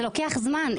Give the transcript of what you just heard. זה לוקח זמן.